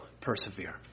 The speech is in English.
persevere